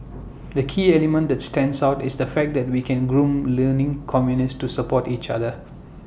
the key element that stands out is the fact that we can groom learning communities to support each other